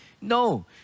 No